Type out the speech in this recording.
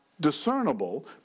discernible